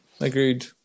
agreed